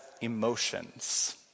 emotions